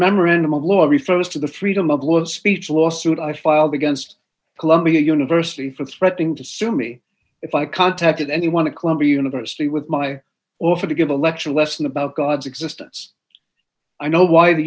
memorandum of law refers to the freedom of speech lawsuit i filed against columbia university for threatening to sue me if i contacted anyone at columbia university with my offer to give a lecture lesson about god's existence i know why the